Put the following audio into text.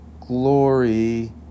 glory